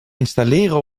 installeren